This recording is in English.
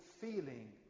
feeling